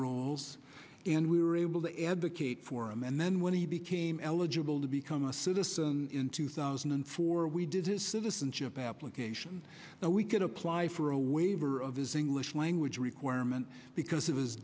rolls and we were able to advocate for him and then when he became eligible to become a citizen in two thousand and four we did his citizenship application but we could apply for a waiver of his english language requirement because